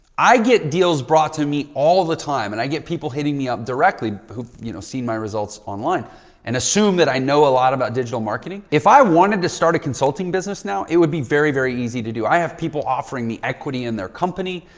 i get deals brought to me all the time and i get people hitting me up directly who you know see my results online and assume that i know a lot about digital marketing. if i wanted to start a consulting business now, it would be very, very easy to do. i have people offering me equity in their company.